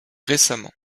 récemment